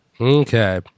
Okay